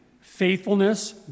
faithfulness